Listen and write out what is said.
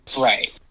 right